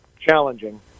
challenging